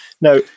Now